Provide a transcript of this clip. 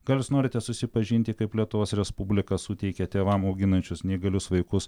gal jūs norite susipažinti kaip lietuvos respublika suteikia tėvam auginančius neįgalius vaikus